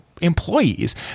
employees